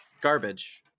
garbage